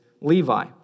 Levi